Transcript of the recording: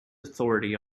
authority